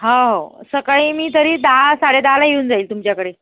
हाव सकाळी मी तरी दहा साडेदहाला येऊन जाईल तुमच्याकडे